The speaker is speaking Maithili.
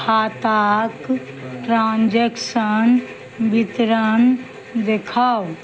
खाताक ट्रांजेक्शन वितरण देखाउ